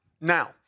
Now